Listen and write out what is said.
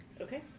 Okay